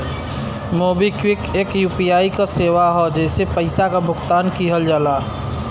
MobiKwik एक UPI क सेवा हौ जेसे पइसा क भुगतान किहल जाला